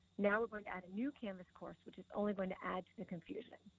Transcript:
now we're going to add a new canvas course, which is only going to add to the confusion.